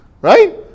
Right